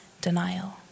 denial